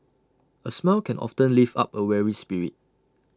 A smile can often lift up A weary spirit